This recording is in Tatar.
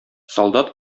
солдат